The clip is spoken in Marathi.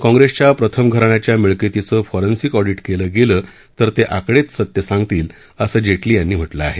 काँग्रेसच्या प्रथम घराण्याच्या मिळकतीचं फोरेंन्सीक ऑडीट केलं गेलं ते आकडेच सत्य सांगतील असं जेटली त्यांनी म्हटलं आहे